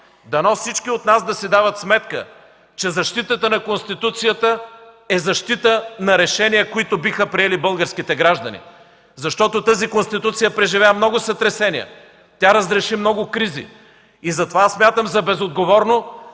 Дано всички от нас си дават сметка, че защитата на Конституцията е защита на решения, които биха приели българските граждани. Защото тази Конституция преживя много сътресения, разреши много кризи. Затова смятам за безотговорно